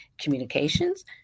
communications